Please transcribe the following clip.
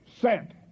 sent